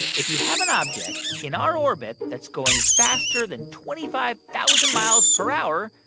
if you have an object in our orbit that's going faster than twenty five thousand miles per hour,